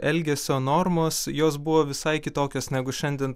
elgesio normos jos buvo visai kitokios negu šiandien